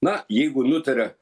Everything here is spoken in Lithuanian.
na jeigu nutarė